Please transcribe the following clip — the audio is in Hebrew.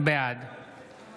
בעד